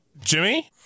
Jimmy